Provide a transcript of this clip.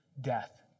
death